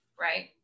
right